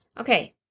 Okay